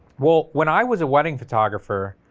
well when i was a wedding photographer